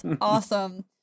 awesome